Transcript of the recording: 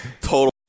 total